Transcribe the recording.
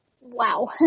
wow